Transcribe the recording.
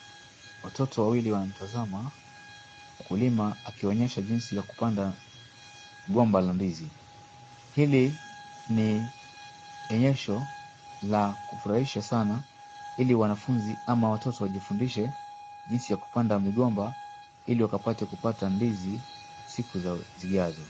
Watoto wawili wanatazama mkulima akiwaonyesha jinsi ya kupanda gomba la ndizi. Hili ni onyesho la kufurahisha sana ili wanafunzi ama watoto wajifundishe jinsi ya kupanda migomba ili wakapate kupata ndizi siku zijazo.